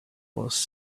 was